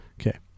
Okay